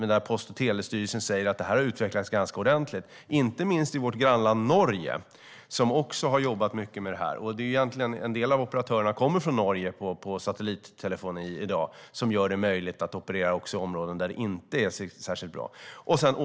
Men nu säger Post och telestyrelsen att det har utvecklats ganska ordentligt, inte minst i vårt grannland Norge, som också har jobbat mycket med detta. En del av operatörerna för satellittelefoni kommer från Norge, och de gör det möjligt att operera också i områden där det inte är särskilt bra förhållanden.